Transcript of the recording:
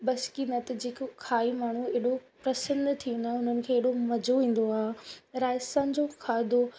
बसि क़ीमत जेको खाई माण्हू एॾो प्रसन्न थींदो ऐं उन्हनि खे एॾो मज़ो ईंदो आहे राजस्थान जो खाधो